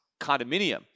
condominium